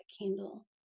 candle